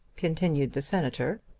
continued the senator.